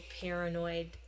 paranoid